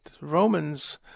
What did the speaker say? Romans